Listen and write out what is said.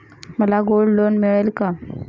मला gold loan मिळेल का?